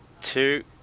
two